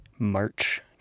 March